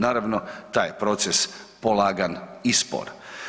Naravno, taj je proces polagan i spor.